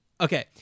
Okay